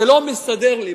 זה לא מסתדר לי.